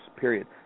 period